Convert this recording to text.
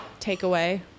takeaway